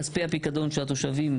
כספי הפיקדון שהתושבים,